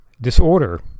disorder